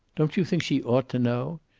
don't you think she ought to know?